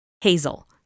Hazel